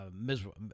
miserable